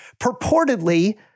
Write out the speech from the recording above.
purportedly